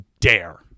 dare